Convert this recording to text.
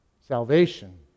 salvation